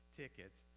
tickets